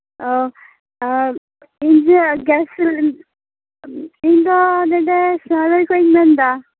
ᱟᱨ ᱤᱭᱟᱹ ᱜᱮᱥ ᱥᱤᱞᱤᱱ ᱤᱧᱫᱚ ᱱᱚᱸᱰᱮ ᱥᱟᱨᱳᱭ ᱠᱷᱚᱡ ᱤᱧ ᱢᱮᱱᱫᱟ